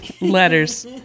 letters